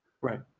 Right